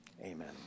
Amen